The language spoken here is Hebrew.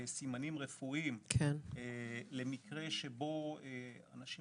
סמנים רפואיים למקרה שבו אנשים